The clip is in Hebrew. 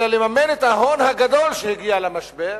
אלא לממן את ההון הגדול שהגיע למשבר,